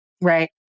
Right